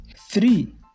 Three